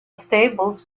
stables